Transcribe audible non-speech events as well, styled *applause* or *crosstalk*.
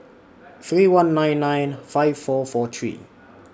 *noise* three one nine nine five four four three